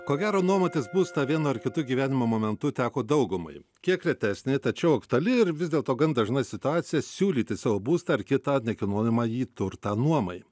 ko gero nuomotis būstą vienu ar kitu gyvenimo momentu teko daugumai kiek retesnė tačiau aktuali ir vis dėlto gan dažna situacija siūlyti savo būstą ar kitą nekilnojamąjį turtą nuomai